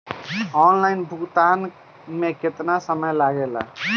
Online भुगतान में केतना समय लागेला?